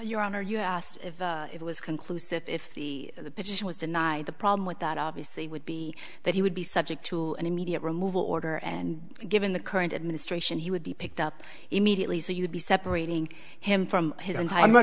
your honor you asked if it was conclusive if the petition was denied the problem with that obviously would be that he would be subject to an immediate removal order and given the current administration he would be picked up immediately so you would be separating him from his and i'm not